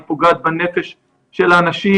זה פוגע בנפש של האנשים,